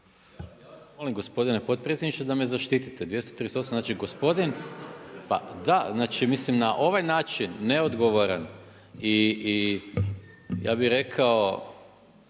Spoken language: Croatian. molim gospodin potpredsjedniče da me zaštite, 238. znači gospodin, pa da, mislim na ovaj način, neodgovoran i i ja bi rekao